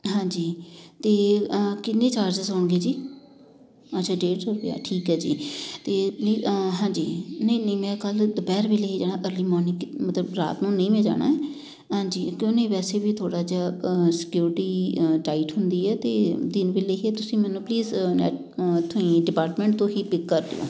ਹਾਂਜੀ ਅਤੇ ਕਿੰਨੇ ਚਾਰਜਿਸ ਹੋਣਗੇ ਜੀ ਅੱਛਾ ਡੇਢ ਸੌ ਰੁਪਇਆ ਠੀਕ ਆ ਜੀ ਅਤੇ ਪਲੀ ਹਾਂਜੀ ਨਹੀਂ ਨਹੀਂ ਮੈਂ ਕੱਲ੍ਹ ਦੁਪਹਿਰ ਵੇਲੇ ਜਾਣਾ ਅਰਲੀ ਮੋਰਨਿੰਗ ਮਤਲਬ ਰਾਤ ਨੂੰ ਨਹੀਂ ਮੈਂ ਜਾਣਾ ਹਾਂਜੀ ਕਿਉਂ ਨਹੀਂ ਵੈਸੇ ਵੀ ਥੋੜ੍ਹਾ ਜਿਹਾ ਸਿਕਿਉਰਟੀ ਟਾਈਟ ਹੁੰਦੀ ਹੈ ਅਤੇ ਦਿਨ ਵੇਲੇ ਹੀ ਤੁਸੀਂ ਮੈਨੂੰ ਪਲੀਜ਼ ਇੱਥੋਂ ਡਿਪਾਰਟਮੈਂਟ ਤੋਂ ਹੀ ਪਿਕ ਕਰ ਲਿਓ